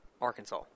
Arkansas